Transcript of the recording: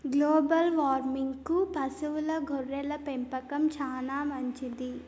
global వార్మింగ్కు పశువుల గొర్రెల పెంపకం చానా మంచిది